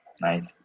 Nice